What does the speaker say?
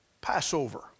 Passover